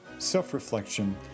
self-reflection